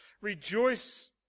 Rejoice